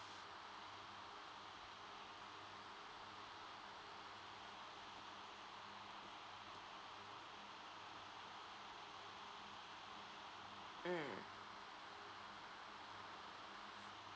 mm